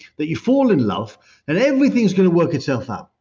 that you fall in love and everything's going to work itself out.